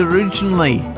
Originally